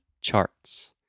charts